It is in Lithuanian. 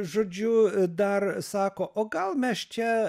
žodžiu dar sako o gal mes čia